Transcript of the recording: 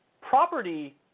property